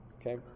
Okay